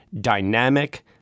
dynamic